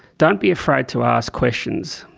don't be afraid to ask questions.